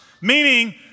meaning